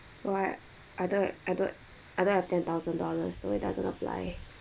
but I don't I don't I don't have ten thousand dollars so it doesn't apply